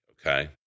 okay